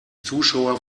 zuschauer